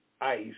ICE